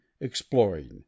exploring